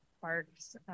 parks